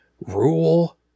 Rule